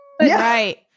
Right